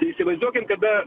įsivaizduokim kada